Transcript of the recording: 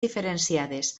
diferenciades